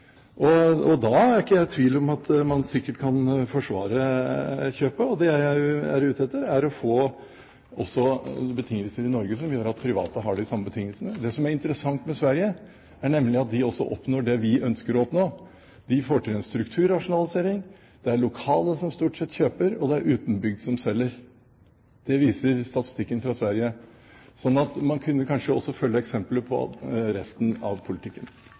Da er jeg ikke i tvil om at man sikkert kan forsvare kjøpet. Det jeg er ute etter, er å få betingelser også i Norge som gjør at private har de samme betingelsene. Det som er interessant med Sverige, er nemlig at de oppnår det vi også ønsker å oppnå: De får til en strukturrasjonalisering, det er lokale som stort sett kjøper, og det er utenbygds som selger. Det viser statistikken fra Sverige. Man kunne kanskje også følge eksemplet på resten av politikken.